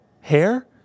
hair